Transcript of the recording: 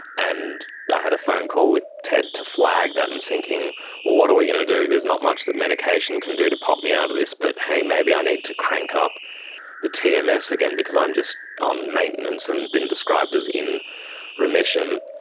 and i had a phone call with ted to flag that, and thinking what are we going to do, there's not much that medication can do to pop me out of this, but, hey, maybe i need to crank up the tms um again because i'm just on maintenance and been described as in remission.